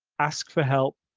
ask for help,